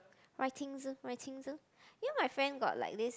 writing writing you know my friend got like this